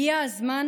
הגיע הזמן